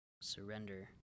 surrender